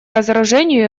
разоружению